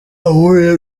ahuriye